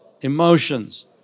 emotions